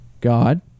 God